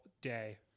day